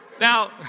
Now